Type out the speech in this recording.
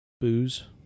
Booze